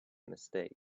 mistake